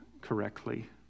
correctly